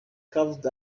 carved